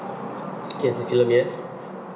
K as in film yes